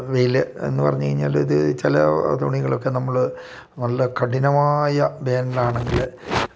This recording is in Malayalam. വെയിൽ എന്നു പറഞ്ഞു കഴിഞ്ഞാൽ ഇത് ചില തുണികളൊക്കെ നമ്മൾ നല്ല കഠിനമായ വേനൽ ആണെങ്കിൽ